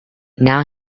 now